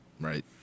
Right